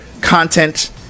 content